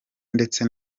ndetse